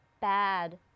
bad